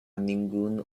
ningún